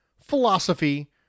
philosophy